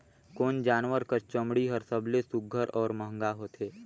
कोन जानवर कर चमड़ी हर सबले सुघ्घर और महंगा होथे?